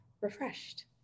refreshed